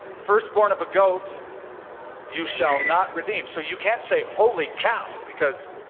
firstborn of a goat you shall not redeem so you can say holy cow! because